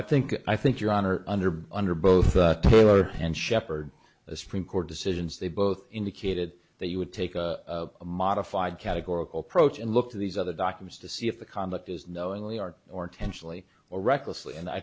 i think i think your honor under under both your and shepherd the supreme court decisions they both indicated that you would take a modified categorical pro choice and look to these other documents to see if the conduct is knowingly art or intentionally or recklessly and i